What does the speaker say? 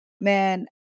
man